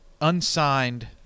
unsigned